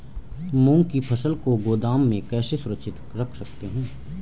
मूंग की फसल को गोदाम में कैसे सुरक्षित रख सकते हैं?